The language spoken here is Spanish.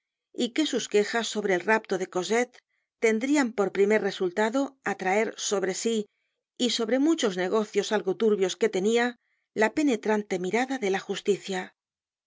y que sus quejas sobre el rapto de cosette tendrian por primer resultado atraer sobre sí y sobre muchos negocios algo turbios que tenia la penetrante mirada de la justicia